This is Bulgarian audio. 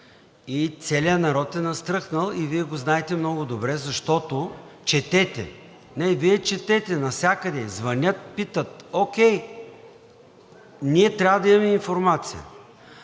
Целият народ е настръхнал и Вие го знаете много добре, защото четете. Не, Вие четете. Навсякъде звънят, питат – окей. Ние трябва да имаме информация.